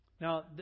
Now